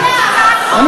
אז תורידו כמה שרים,